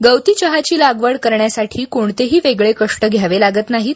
गवतीचहाची लागवड करण्यासाठी कोणतेही वेगळे कष्ट घ्यावे लागत नाहीत